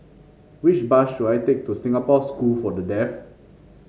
which bus should I take to Singapore School for the Deaf